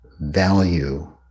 value